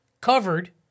covered